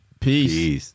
Peace